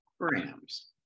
grams